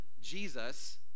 Jesus